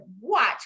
watch